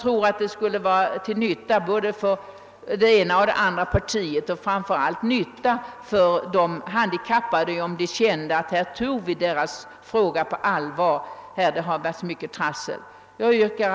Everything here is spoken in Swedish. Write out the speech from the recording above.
Det skulle vara till gagn för samtliga partier och naturligtvis inte minst för de handikappade själva, som då kunde känna att vi tar deras frågor på allvar. Hittills har det ju varit rätt mycket trassel. Herr talman!